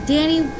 Danny